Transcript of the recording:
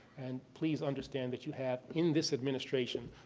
and please understand that you have, in this administration,